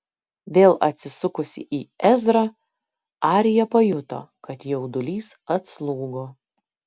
vėl atsisukusi į ezrą arija pajuto kad jaudulys atslūgo